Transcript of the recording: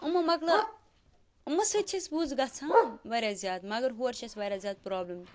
یِمو مۄکلٮ۪و یِمو سۭتۍ چھِ اَسۍ وُز گَژھان وارِیاہ زیادٕ مگر ہورٕ چھِ اَسہِ واریاہ زیادٕ پرٛابلِم